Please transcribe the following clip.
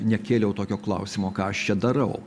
nekėliau tokio klausimo ką aš čia darau